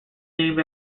named